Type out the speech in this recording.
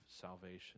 salvation